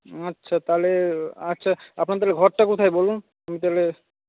আচ্ছা তাহলে আচ্ছা আপনাদের ঘরটা কোথায় বলুন আমি তাহলে